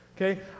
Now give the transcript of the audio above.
Okay